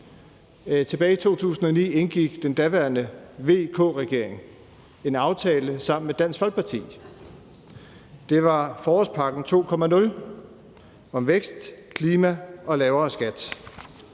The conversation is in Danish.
Tilbage i 2009 indgik den daværende VK-regering en aftale sammen med Dansk Folkeparti. Det var »Forårspakke 2.0 – Vækst, klima, lavere skat«.